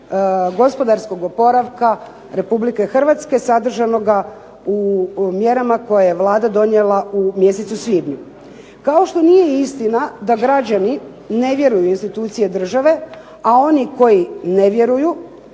gospodarskog oporavka Republike Hrvatske, sadržanoga u mjerama koje je Vlada donijela u mjesecu svibnju. Kao što nije istina da građani ne vjeruju institucije države, a oni koji ne vjeruju